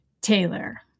Taylor